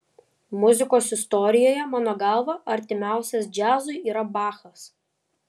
muzikos istorijoje mano galva artimiausias džiazui yra bachas